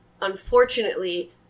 unfortunately